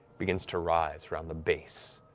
begins to rise around the base.